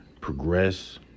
progress